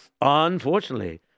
unfortunately